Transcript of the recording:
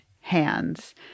hands